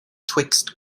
twixt